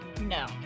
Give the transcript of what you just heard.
No